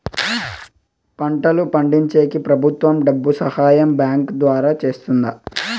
పంటలు పండించేకి ప్రభుత్వం డబ్బు సహాయం బ్యాంకు ద్వారా చేస్తుందా?